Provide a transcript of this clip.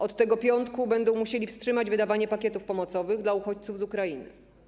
Od tego piątku będą musieli wstrzymać wydawanie pakietów pomocowych dla uchodźców z Ukrainy.